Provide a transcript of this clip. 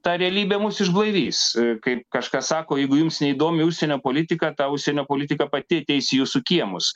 ta realybė mus išblaivys kaip kažkas sako jeigu jums neįdomi užsienio politika ta užsienio politika pati ateis į jūsų kiemus